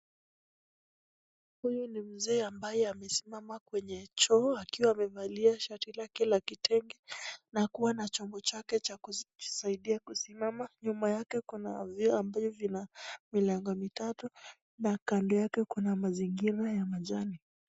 Huyu ni mzee amesimama karibu a choo, amevalia shati kila kitu, na kuwa na chombo chake cha kusaidia kusimama, nyuma yake kuna vyoo ambayo ikona milango mitatu na kando yake kuna mazingira ya rangi kijani.